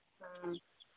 ꯎꯝ